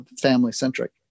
family-centric